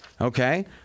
Okay